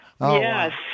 Yes